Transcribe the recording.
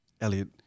Elliot